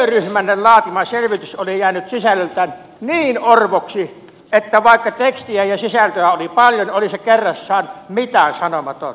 työryhmänne laatima selvitys oli jäänyt sisällöltään niin orvoksi että vaikka tekstiä ja sisältöä oli paljon oli se kerrassaan mitäänsanomaton